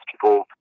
people